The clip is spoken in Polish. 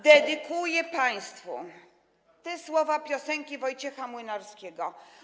Dedykuję państwu te słowa piosenki Wojciecha Młynarskiego.